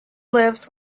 lives